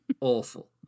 awful